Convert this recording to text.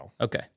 Okay